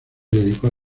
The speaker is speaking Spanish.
dedicó